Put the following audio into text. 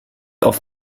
auf